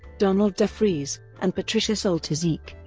donald defreeze, and patricia soltysik.